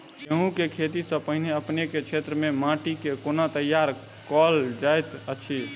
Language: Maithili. गेंहूँ केँ खेती सँ पहिने अपनेक केँ क्षेत्र मे माटि केँ कोना तैयार काल जाइत अछि?